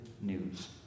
news